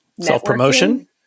Self-promotion